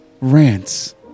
rants